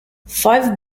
five